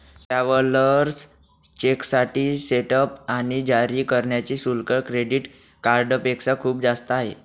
travellers चेकसाठी setup आणि जारी करण्याचे शुल्क क्रेडिट कार्डपेक्षा खूप जास्त आहे